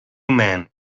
men